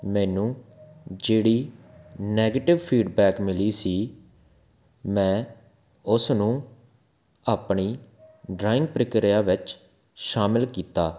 ਮੈਨੂੰ ਜਿਹੜੀ negative feedback ਮਿਲੀ ਸੀ ਮੈਂ ਉਸ ਨੂੰ ਆਪਣੀ ਡਰਾਇੰਗ ਪ੍ਰਕਿਰਿਆ ਵਿੱਚ ਸ਼ਾਮਿਲ ਕੀਤਾ